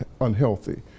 unhealthy